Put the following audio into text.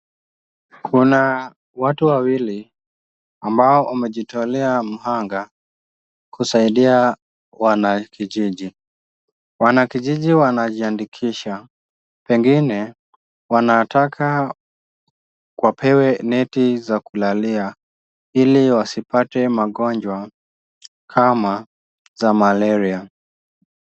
Kuna watu wawili ambao wamejitolea mhanga kusaidia wanakijiji. Wanakijiji wanajiandikisha, pengine wanataka wapewe neti za kulalia ili wasipate magonjwa kama za malaria.